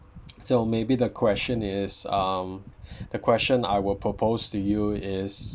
so maybe the question is um the question I will propose to you is